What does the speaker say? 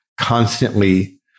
constantly